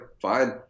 fine